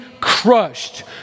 crushed